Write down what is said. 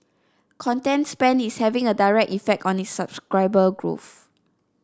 content spend is having a direct effect on its subscriber growth